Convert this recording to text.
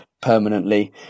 permanently